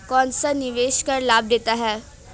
कौनसा निवेश कर लाभ देता है?